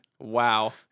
Wow